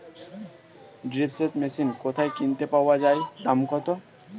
Drip সেচ machine কোথায় কিনতে পাওয়া যায় দাম কত?